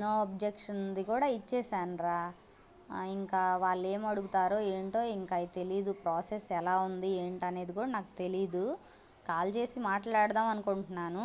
no అబ్జక్షన్ది కూడా ఇచ్చేశానురా ఇంకా వాళ్ళు ఏమి అడుగుతారో ఏమిటో ఇంక అవి తెలియదు ప్రాసెస్ ఎలా ఉంది ఏమిటి అనేది కూడా నాకు తెలియదు కాల్ చేసి మాట్లాడుదాం అనుకుంటున్నాను